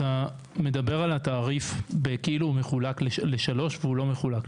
אתה מדבר על התעריף כאילו הוא מחולק לשלוש והוא לא מחולק לשלוש.